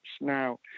now